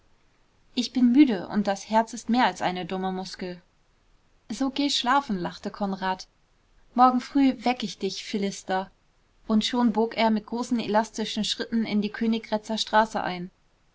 ich bin müde und das herz ist mehr als eine dumme muskel so geh schlafen lachte konrad morgen früh weck ich dich philister und schon bog er mit großen elastischen schritten in die königgrätzer straße ein